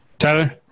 Tyler